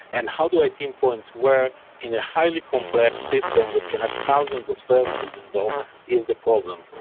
and how do i pinpoint where in a highly complex systems that connect thousands of services involved is the problem?